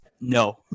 no